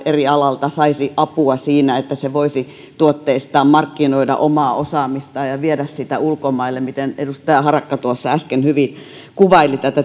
eri aloilta saisivat apua siihen että he voisivat tuotteistaa markkinoida omaa osaamistaan ja viedä sitä ulkomaille kuten edustaja harakka tuossa äsken hyvin kuvaili